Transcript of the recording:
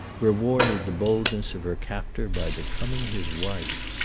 rewarded the boldness of her captor by becoming his wife.